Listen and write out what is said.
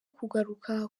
kugaruka